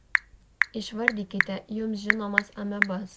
išvardykite jums žinomas amebas